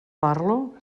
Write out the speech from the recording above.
parlo